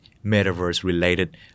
Metaverse-related